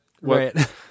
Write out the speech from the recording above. Right